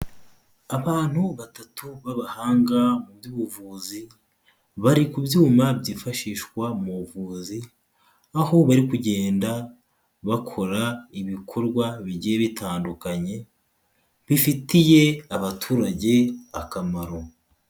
Abantu batatu b'abahanga mu by'ubuvuzi, bari ku byuma byifashishwa mu buvuzi, aho bari kugenda bakora ibikorwa bigiye bitandukanye, bifitiye abaturage akamaro.